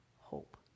hope